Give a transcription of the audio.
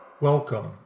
Welcome